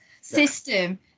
system